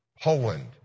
Poland